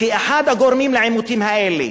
כאחד הגורמים לעימותים האלה.